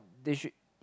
they should